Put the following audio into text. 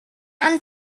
and